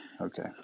Okay